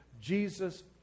Jesus